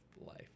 life